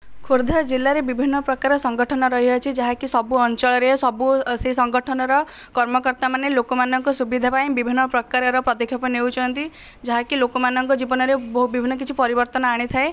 ଖୋର୍ଦ୍ଧା ଜିଲ୍ଲାରେ ବିଭିନ୍ନ ପ୍ରକାର ସଂଗଠନ ରହିଅଛି ଯାହାକି ସବୁ ଅଞ୍ଚଳରେ ସବୁ ସେ ସଙ୍ଗଠନର କର୍ମକର୍ତ୍ତା ମାନେ ଲୋକମାନଙ୍କର ସୁବିଧା ପାଇଁ ବିଭିନ୍ନ ପ୍ରକାରର ପଦକ୍ଷେପ ନେଉଛନ୍ତି ଯାହାକି ଲୋକମାନଙ୍କ ଜୀବନରେ ବିଭିନ୍ନ କିଛି ପରିବର୍ତ୍ତନ ଆଣିଥାଏ